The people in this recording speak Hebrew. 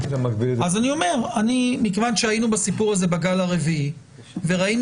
מכיוון שהיינו בסיפור הזה בגל הרביעי וראינו